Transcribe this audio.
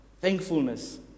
Thankfulness